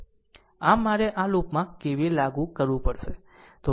આમ મારે આ લૂપમાં K V L લાગુ કરવું પડશે